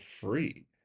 free